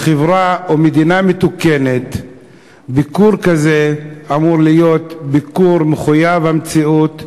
בחברה או במדינה מתוקנת ביקור כזה אמור להיות ביקור מחויב המציאות,